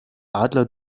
adler